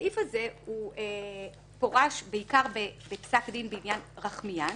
הסעיף הזה פורש בעיקר בפסק דין בעניין רחמיאן,